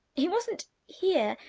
he wasn't here,